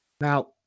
Now